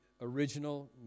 original